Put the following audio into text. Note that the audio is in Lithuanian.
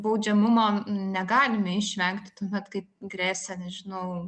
baudžiamumo negalime išvengti tuomet kai gresia nežinau